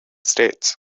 states